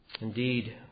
Indeed